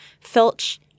filch